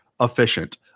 efficient